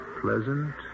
pleasant